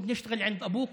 ידנית, אמר לו: